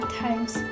times